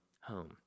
home